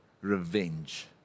revenge